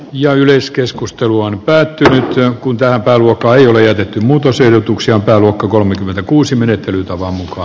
jo yleiskeskustelu on päättynyt ja kun täällä pääluokkaa jo liitetty muutosehdotuksia pääluokan kolmekymmentäkuusi menettelytavan muka